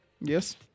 Yes